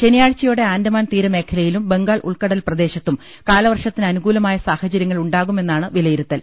ശ്നിയാഴ്ചയോടെ ആൻഡമാൻ തീരമേഖലയിലും ബംഗാൾ ഉൾക്കടൽ പ്രദേശത്തും കാലവർഷത്തിന് അനുകൂലമായ സ്ടാഹചര്യങ്ങൾ ഉണ്ടാകുമെ ന്നാണ് വിലയിരുത്തൽ